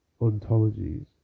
ontologies